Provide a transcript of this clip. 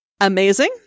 Amazing